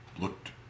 looked